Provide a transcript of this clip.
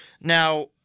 Now